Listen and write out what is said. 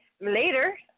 later